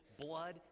blood